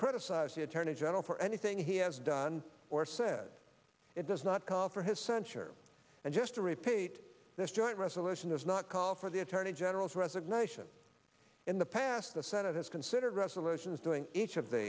criticize the attorney general for anything he has done or said it does not call for his censure and just to repeat this joint resolution does not call for the attorney general's resignation in the past the senate has considered resolutions doing each of these